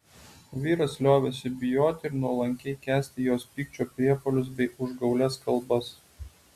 vyras liovėsi bijoti ir nuolankiai kęsti jos pykčio priepuolius bei užgaulias kalbas